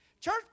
Church